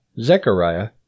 Zechariah